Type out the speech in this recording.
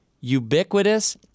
ubiquitous